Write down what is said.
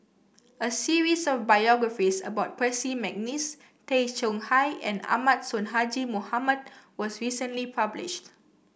a series of biographies about Percy McNeice Tay Chong Hai and Ahmad Sonhadji Mohamad was recently published